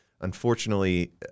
Unfortunately